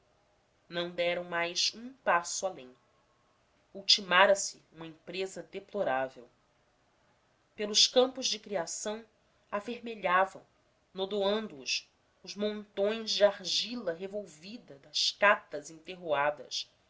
não deram mais um passo além ultimara se uma empresa deplorável pelos campos de criação avermelhavam nodoando os os montões de argila revolvida das catas entorroadas